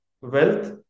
wealth